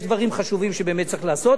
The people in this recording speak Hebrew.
יש דברים חשובים שבאמת צריך לעשות.